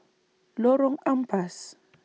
Lorong Ampas